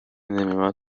نمیآمد